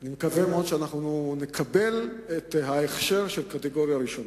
אני מקווה מאוד שנקבל את ההכשר של קטגוריה ראשונה.